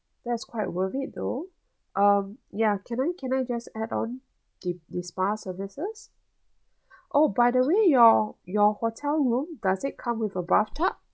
that's quite worth it though um ya can I can I just add on the the spa services oh by the way your your hotel room does it come with a bathtub